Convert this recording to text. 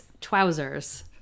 trousers